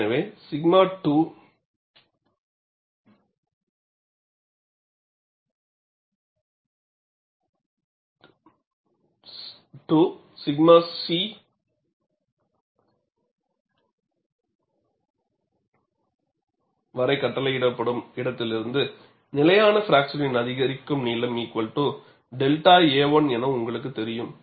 எனவே 𝛔 2 ஆல் 𝛔 c வரை கட்டளையிடப்படும் இடத்திலிருந்து நிலையான பிராக்சரின் அதிகரிக்கும் நீளம் 𝛅 a1 என உங்களுக்கு இருக்கும்